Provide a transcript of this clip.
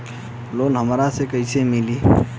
Loan हमरा के कईसे मिली?